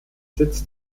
sitz